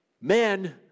men